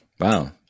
wow